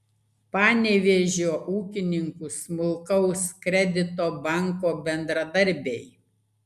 panevėžio ūkininkų smulkaus kredito banko bendradarbiai